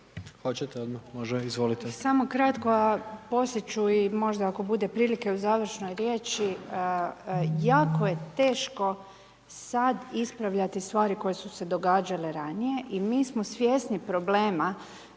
kratko, …/Govornik se ne razumije./… možda i ako bude prilike u završnoj riječi, jako je teško sada ispravljati stvari koje su se događale ranije i mi smo svjesni problema